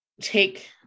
take